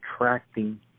attracting